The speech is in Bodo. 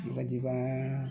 बेबायदिब्ला